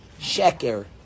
Sheker